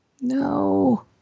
No